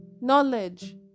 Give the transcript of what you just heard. knowledge